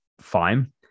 fine